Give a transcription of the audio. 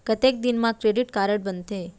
कतेक दिन मा क्रेडिट कारड बनते?